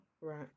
right